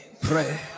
pray